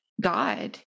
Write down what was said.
God